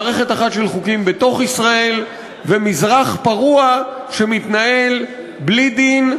מערכת אחת של חוקים בישראל ומזרח פרוע שמתנהל בלי דין,